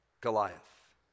Goliath